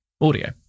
audio